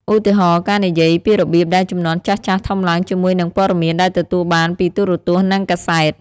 ឧទាហរណ៍ ការនិយាយពីរបៀបដែលជំនាន់ចាស់ៗធំឡើងជាមួយនឹងព័ត៌មានដែលទទួលបានពីទូរទស្សន៍និងកាសែត។